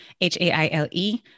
H-A-I-L-E